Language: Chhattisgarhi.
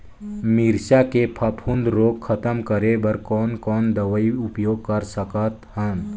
मिरचा के फफूंद रोग खतम करे बर कौन कौन दवई उपयोग कर सकत हन?